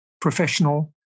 professional